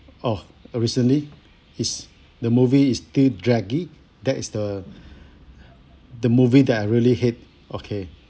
orh uh recently is the movie is too draggy that is the the movie that I really hate okay